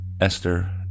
Esther